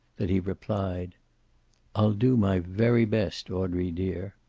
that he replied i'll do my very best, audrey dear.